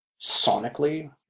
sonically